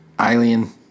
alien